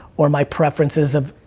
or my preferences of